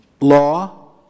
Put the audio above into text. law